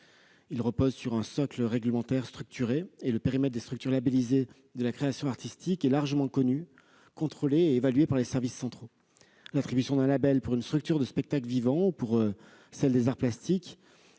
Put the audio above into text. repose sur un socle réglementaire structuré et le périmètre des structures labellisées de la création artistique est largement connu, contrôlé et évalué par les services centraux. L'attribution d'un label à une structure de spectacle vivant ou d'arts plastiques